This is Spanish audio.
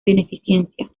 beneficencia